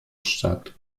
statt